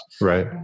Right